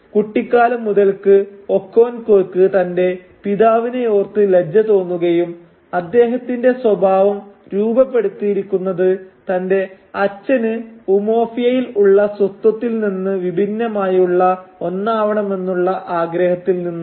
കുട്ടിക്കാലം മുതൽക്ക് ഒക്കോൻകോക്ക് തന്റെ പിതാവിനെ ഓർത്ത് ലജ്ജ തോന്നുകയും അദ്ദേഹത്തിന്റെ സ്വഭാവം രൂപപ്പെടുത്തിയിരിക്കുന്നത് തന്റെ അച്ഛന് ഉമൊഫിയയിൽ ഉള്ള സ്വത്വത്തിൽ നിന്ന് വിഭിന്നമായുള്ള ഒന്നാവണമെന്നുള്ള ആഗ്രഹത്തിൽ നിന്നാണ്